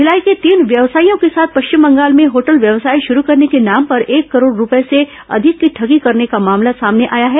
भिलाई के तीन व्यवसासियों के साथ पश्चिम बंगाल में होटल व्यवसाय शुरू करने के नाम पर एक करोड़ रूपए से अधिक की ठगी करने का मामला सामने आया है